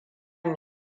mu